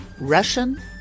Russian